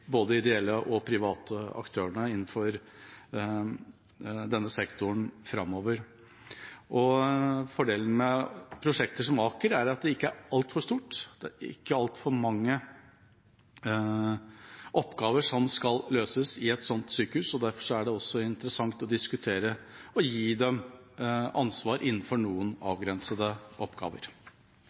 og de ideelle aktørene innenfor denne sektoren framover. Fordelen med prosjekter som Aker er at de ikke er altfor store. Det er ikke altfor mange oppgaver som skal løses i et slikt sykehus, og derfor er det interessant å diskutere om man skal gi dem ansvar innenfor noen avgrensede oppgaver.